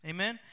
Amen